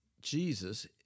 Jesus